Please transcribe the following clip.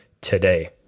today